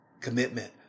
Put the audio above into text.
Commitment